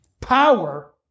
power